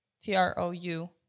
T-R-O-U